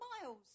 miles